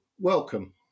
welcome